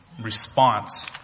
response